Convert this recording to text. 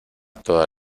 toda